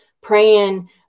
praying